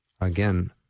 again